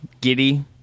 Giddy